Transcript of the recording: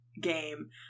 game